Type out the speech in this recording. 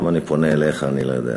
למה אני פונה אליך אני לא יודע,